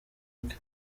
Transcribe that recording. bwe